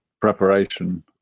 preparation